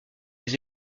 des